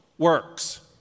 Works